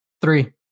Three